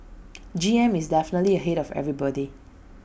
G M is definitely ahead of everybody